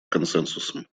консенсусом